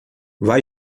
vai